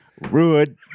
Rude